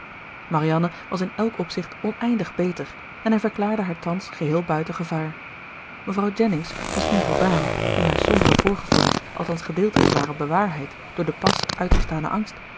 marianne was in elk opzicht oneindig beter en hij verklaarde haar thans geheel buiten gevaar mevrouw jennings misschien voldaan nu haar sombere voorgevoelens althans gedeeltelijk waren bewaarheid door den pas uitgestanen angst